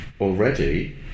already